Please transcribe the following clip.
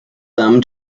them